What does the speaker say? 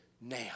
now